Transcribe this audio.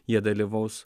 jie dalyvaus